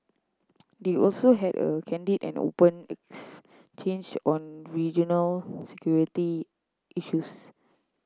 they also had a candid and open exchange on regional security issues